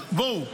אז בואו,